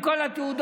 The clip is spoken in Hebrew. עם כל התעודות,